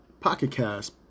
Pocketcast